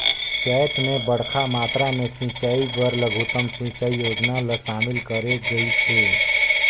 चैत मे बड़खा मातरा मे सिंचई बर लघुतम सिंचई योजना ल शामिल करे गइस हे